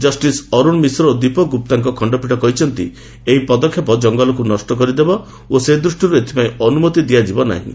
justice Arun Mishra ଓ ଦୀପକ ଗୁପ୍ତାଙ୍କ ଖଣ୍ଡପୀଠ କହିଛନ୍ତି ଏହି ପଦକ୍ଷେପ ଜଙ୍ଗଲକ୍ ନଷ୍ଟ କରିଦେବ ଓ ସେ ଦୃଷ୍ଟିର୍ ଏଥିପାଇଁ ଅନ୍ତମତି ଦିଆଯିବ ନାହିଁ